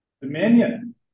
Dominion